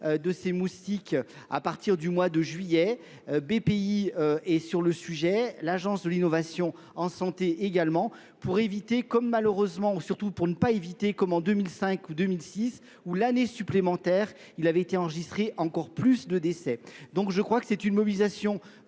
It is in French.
de ces moustiques à partir du mois de juillet. BPI est sur le sujet, l'Agence de l'innovation en santé également, pour éviter comme malheureusement, ou surtout pour ne pas éviter comme en 2005 ou 2006, où l'année supplémentaire, il avait été enregistré encore plus de décès. Donc je crois que c'est une mobilisation de tous